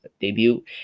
debut